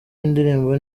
w’indirimbo